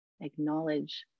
Acknowledge